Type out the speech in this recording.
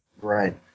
right